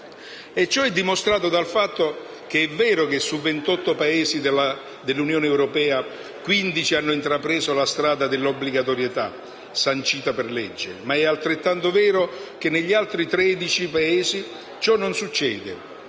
Ciò è dimostrato dal fatto che è vero che su 28 Paesi dell'Unione europea 15 hanno intrapreso la strada dell'obbligatorietà sancita per legge, ma è altrettanto vero che negli altri 13 Paesi ciò non succede